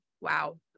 wow